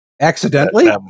Accidentally